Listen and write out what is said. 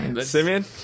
Simeon